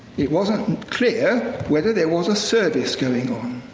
it wasn't clear whether there was a service going on.